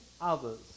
others